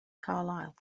carlyle